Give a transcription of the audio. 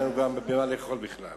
אין לנו עם מה לאכול בכלל